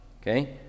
okay